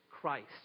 Christ